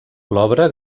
l’obra